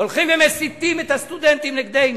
הולכים ומסיתים את הסטודנטים נגדנו.